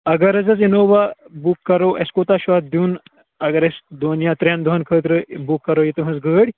اگر حظ حظ اِنووا بُک کَرو اَسہِ کوٗتاہ چھُ اَتھ دِیُن اگر أسۍ دۄن یا ترٛٮ۪ن دۄہَن خٲطرٕ بُک کَرو یہِ تُہٕنٛز گٲڑۍ